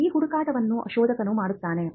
ಈ ಹುಡುಕಾಟವನ್ನು ಶೋಧಕನು ಮಾಡುತ್ತಾನೆ